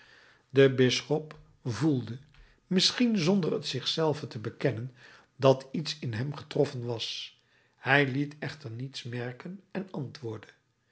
de bisschop voelde misschien zonder t zich zelven te bekennen dat iets in hem getroffen was hij liet echter niets merken en antwoordde